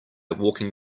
walking